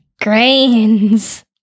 Grains